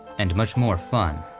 and much more fun.